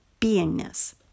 beingness